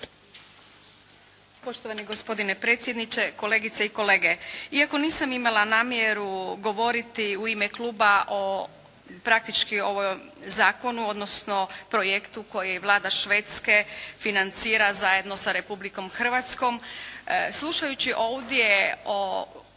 Poštovani gospodine predsjedniče, kolegice i kolege. Iako nisam imala namjeru govoriti u ime kluba o praktički o zakonu, odnosno projektu koji je Vlada Švedske financira zajedno sa Republikom Hrvatskom, slušajući ovdje o